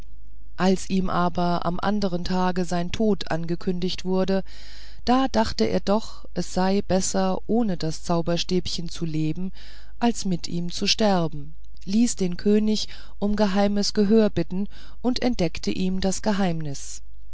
als ihm aber am andern tage sein tod angekündigt wurde da gedachte er doch es sei besser ohne das zauberstäbchen zu leben als mit ihm zu sterben ließ den könig um geheimes gehör bitten und entdeckte ihm das geheimnis